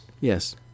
Yes